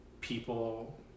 people